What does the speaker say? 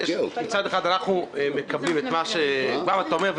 מצד אחד אנחנו מקבלים את מה שאתה אומר,